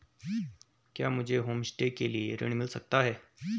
क्या मुझे होमस्टे के लिए ऋण मिल सकता है?